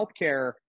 healthcare